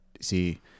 see